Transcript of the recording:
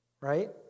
Right